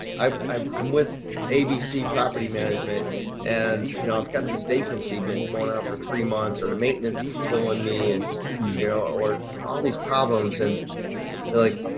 i'm i'm with abc property management and you know, i've got this vacancy been going on for three months or to maintenance is killing me and me or all these problems. and they're like,